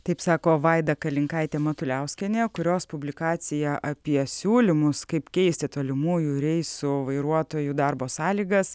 taip sako vaida kalinkaitė matuliauskienė kurios publikaciją apie siūlymus kaip keisti tolimųjų reisų vairuotojų darbo sąlygas